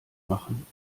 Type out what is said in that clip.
machen